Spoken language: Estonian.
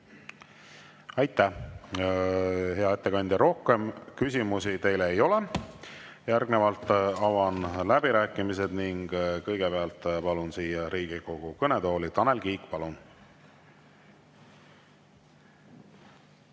Aitäh, hea ettekandja! Rohkem küsimusi teile ei ole. Järgnevalt avan läbirääkimised ning kõigepealt palun Riigikogu kõnetooli Tanel Kiige. Palun!